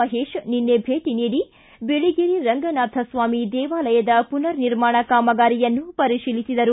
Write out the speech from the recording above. ಮಹೇಶ್ ನಿನ್ನೆ ಭೇಟ ನೀಡಿ ಬಿಳಗಿರಿ ರಂಗನಾಥಸ್ವಾಮಿ ದೇವಾಲಯದ ಪುನರ್ ನಿರ್ಮಾಣ ಕಾಮಗಾರಿಯನ್ನು ಪರಿಶೀಲಿಸಿದರು